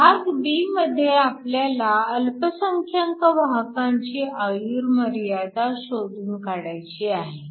भाग b मध्ये आपल्याला अल्पसंख्यानक वाहकांची आयुर्मर्यादा शोधून काढायची आहे